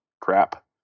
crap